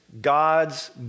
God's